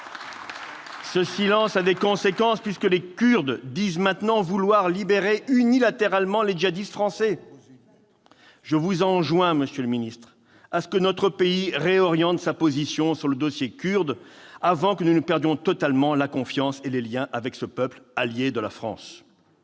Ce silence a des conséquences puisque les Kurdes disent maintenant vouloir libérer unilatéralement les djihadistes français. Je vous enjoins, monsieur le ministre, de faire en sorte que notre pays réoriente sa position sur le dossier kurde avant que nous ne perdions totalement la confiance et les liens avec ce peuple allié de la France.